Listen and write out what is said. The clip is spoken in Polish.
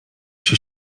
się